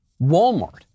Walmart